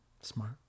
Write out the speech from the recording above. Smart